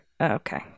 okay